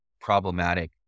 problematic